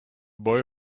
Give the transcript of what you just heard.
boy